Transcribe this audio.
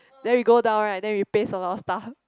then we go down right then we paste a lot of stuff